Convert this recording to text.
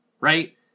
Right